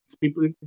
People